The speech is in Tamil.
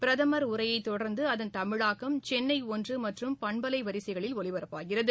பிரதமர் உரையைத் தொடர்ந்து அதன் தமிழாக்கம் சென்னை ஒன்று மற்றும் பண்பலை வரிசைகளில் ஒலிபரப்பாகிறது